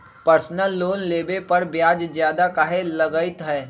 Personal loan लेबे पर ब्याज ज्यादा काहे लागईत है?